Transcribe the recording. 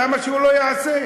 למה שהוא לא יעשה?